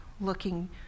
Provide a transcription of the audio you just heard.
looking